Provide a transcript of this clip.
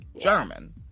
German